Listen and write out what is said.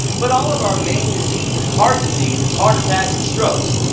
but all of our main diseases, heart diseases, heart attacks and strokes,